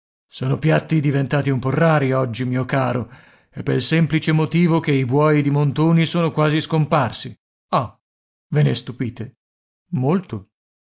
sono piatti diventati un po rari oggi mio caro e pel semplice motivo che i buoi ed i montoni sono quasi scomparsi ah ve ne stupite molto